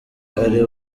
ari